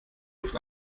luft